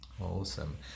awesome